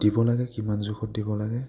দিব লাগে কিমান জোখত দিব লাগে